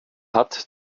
hat